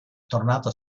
tornato